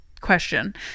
question